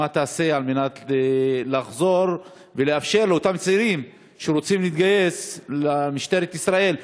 מה תעשה כדי לחזור לאפשר לאותם צעירים שרוצים להתגייס למשטרת ישראל,